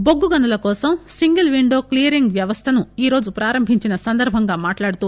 బొగ్గు గనుల కోసం సింగిల్ విండో క్లియరింగ్ వ్యవస్థను ఈరోజు ప్రారంభించిన సందర్బంగా మాట్లాడుతూ